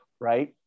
right